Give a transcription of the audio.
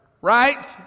Right